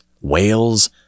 whales